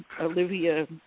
Olivia